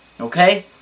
okay